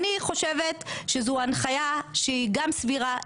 אני חושבת שזו הנחיה שהיא גם סבירה,